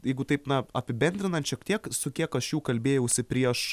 jeigu taip na apibendrinant šiek tiek su kiek aš jų kalbėjausi prieš